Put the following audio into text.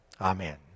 Amen